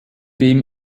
dem